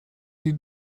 sie